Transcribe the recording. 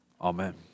Amen